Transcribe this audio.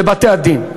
לבתי-הדין.